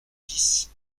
dix